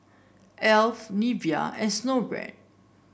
Alf Nivea and Snowbrand